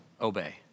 obey